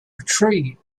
tree